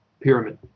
pyramid